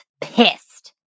pissed